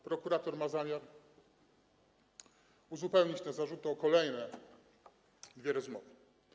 Prokurator ma zamiar uzupełnić te zarzuty o kolejne dwie rozmowy.